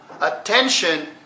attention